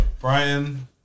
Brian